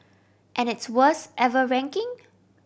and its worst ever ranking